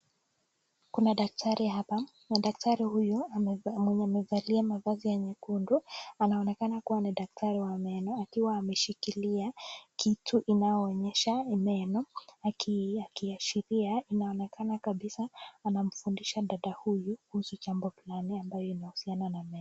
Kuna daktari hapa na daktari huyu mwenye amevalia mavazi ya nyekundu anaonekana kuwa ni daktari wa meno akiwa ameshikilia kitu inayoonyesha ni meno akiashiria inaonekana kabisa anamfudisha dada huyu kuhusu jambo fulani inayohusiana na meno.